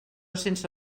sense